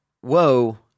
whoa